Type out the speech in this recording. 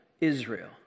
Israel